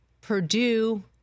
Purdue